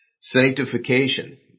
Sanctification